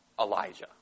Elijah